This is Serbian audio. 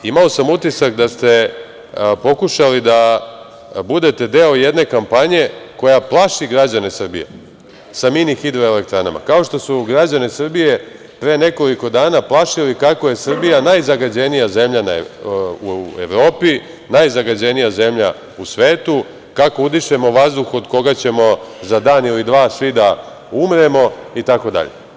Imao sam utisak da ste pokušali da budete deo jedne kampanje koja plaši građane Srbije sa mini hidroelektranama, kao što su građane Srbije pre nekoliko dana plašili kako je Srbija najzagađenija zemlja u Evropi, najzagađenija zemlja u svetu, kako udišemo vazduh od koga ćemo za dan ili dva svi da umremo itd.